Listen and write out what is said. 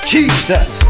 Jesus